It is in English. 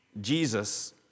Jesus